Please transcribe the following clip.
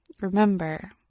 remember